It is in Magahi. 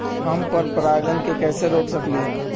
हम पर परागण के कैसे रोक सकली ह?